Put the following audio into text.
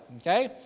okay